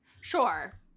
Sure